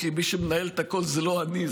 כי מי שמנהל את הכול זה לא אני,